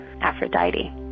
Aphrodite